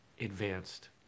Advanced